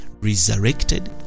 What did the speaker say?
resurrected